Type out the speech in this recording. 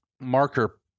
marker